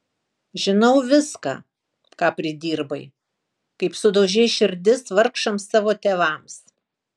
žinau viską ką pridirbai kaip sudaužei širdis vargšams savo tėvams